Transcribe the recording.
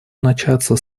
начаться